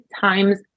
times